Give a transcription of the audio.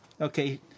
Okay